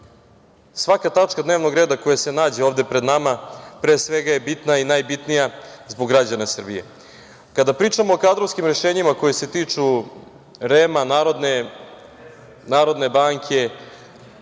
svaka tačka dnevnog reda koja se nađe pred nama je bitna i najbitnija zbog građana Srbije. Kada pričamo o kadrovskim rešenjima koja se tiču REM-a, Narodne banke,